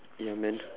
ya man